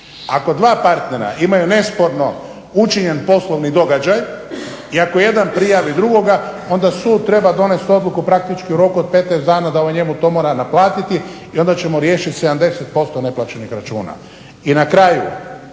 Ako dva partnera imaju nesporno učinjen poslovni događaj i ako jedan prijavi drugoga, onda sud treba donesti odluku praktički u roku od 15 dana da ovaj njemu to mora naplatiti i onda ćemo riješiti 70% neplaćenih računa.